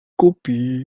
kopi